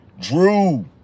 Drew